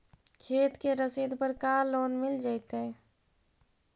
खेत के रसिद पर का लोन मिल जइतै?